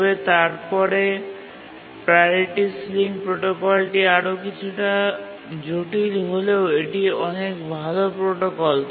তবে তারপরে priority ceiling প্রোটোকলটি আরও কিছুটা জটিল হলেও এটি অনেক ভাল প্রোটোকল